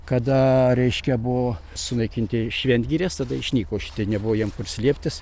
kada reiškia buvo sunaikinti šventgirės tada išnyko šitie nebuvo jiem kur slėptis